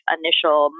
initial